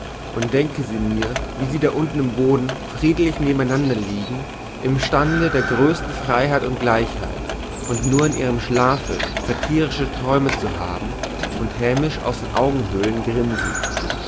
und denke sie mir wie sie da unten im boden friedlich neben einander liegen im stande der größten freiheit und gleichheit und nur in ihrem schlafe satirische träume haben und hämisch aus den augenhölen grinsen